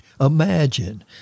Imagine